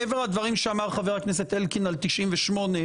מעבר לדברים שאמר חבר הכנסת אלקין על 98,